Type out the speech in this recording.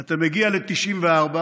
אתה מגיע ל-1994,